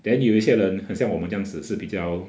then 有一些人很像我们这样子是比较